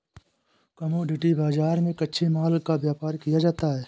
commodity बाजार में कच्चे माल का व्यापार किया जाता है